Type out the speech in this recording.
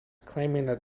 claiming